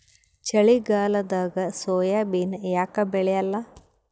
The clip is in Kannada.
ಚಳಿಗಾಲದಾಗ ಸೋಯಾಬಿನ ಯಾಕ ಬೆಳ್ಯಾಲ?